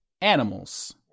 animals